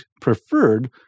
preferred